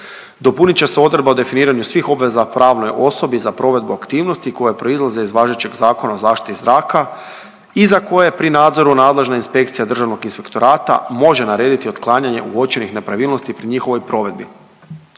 Dopunit će se odredba o definiranju svih obveza pravnoj osobi za provedbu aktivnosti koje proizlaze iz važećeg Zakona o zaštiti zraka i za koje pri nadzoru nadležna inspekcija Državnog inspektorata može narediti otklanjanje uočenih nepravilnosti pri njihovoj provedbi.